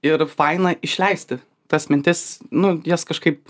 ir faina išleisti tas mintis nu jas kažkaip